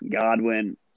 Godwin